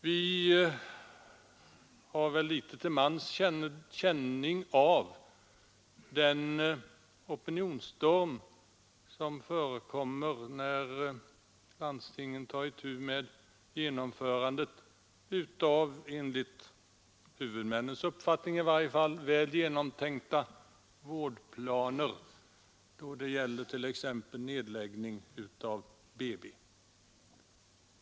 Vi har väl litet till mans känning av den opinionsstorm som uppstår när landstingen tar itu med genomförandet av — enligt huvudmännens uppfattning i varje fall — väl genomtänkta vårdplaner som t.ex. nedläggning av ett BB.